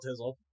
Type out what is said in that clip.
Tizzle